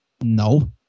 No